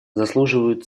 заслуживают